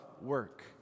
work